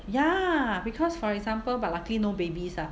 ya because for example but luckily no babies ah